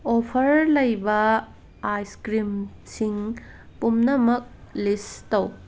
offer ꯂꯩꯕ ice ꯀ꯭ꯔꯤꯝꯁꯤꯡ ꯄꯨꯝꯅꯃꯛ ꯂꯤꯁ ꯇꯧ